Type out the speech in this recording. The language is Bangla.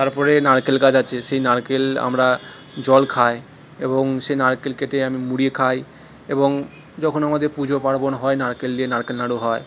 তারপরে নারকেল গাছ আছে সেই নারকেল আমরা জল খায় এবং সেই নারকেল কেটে আমি মুড়িয়ে খাই এবং যখন আমাদের পুজো পার্বণ হয় নারকেল দিয়ে নারকেল নাড়ু হয়